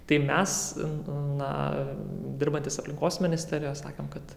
tai mes na dirbantys aplinkos ministerijoje sakėm kad